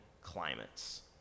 climates